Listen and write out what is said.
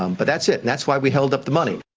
um but that's it. and that's why we held up the money.